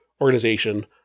organization